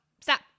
Stop